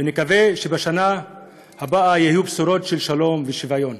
ונקווה שבשנה הבאה יהיו בשורות של שלום ושוויון.